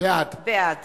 בעד